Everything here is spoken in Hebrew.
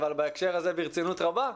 אבל בהקשר הזה ברצינות רבה,